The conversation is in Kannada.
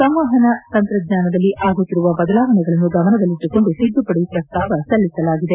ಸಂವಹನ ತಂತ್ರಜ್ಞಾನದಲ್ಲಿ ಆಗುತ್ತಿರುವ ಬದಲಾವಣೆಗಳನ್ನು ಗಮನದಲ್ಲಿಟ್ಟುಕೊಂಡು ತಿದ್ದುಪಡಿ ಪ್ರಸ್ತಾವ ಸಲ್ಲಿಸಲಾಗಿದೆ